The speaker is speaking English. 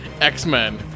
X-Men